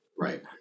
Right